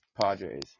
Padres